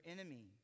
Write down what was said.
enemy